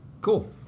cool